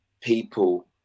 people